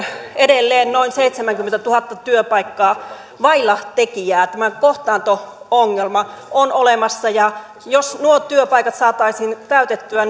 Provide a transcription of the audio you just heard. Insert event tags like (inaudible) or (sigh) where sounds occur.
edelleen noin seitsemänkymmentätuhatta työpaikkaa vailla tekijää tämä kohtaanto ongelma on olemassa jos nuo työpaikat saataisiin nyt täytettyä (unintelligible)